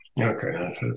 Okay